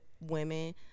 women